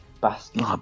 bastard